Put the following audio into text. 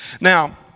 Now